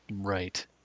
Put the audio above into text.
Right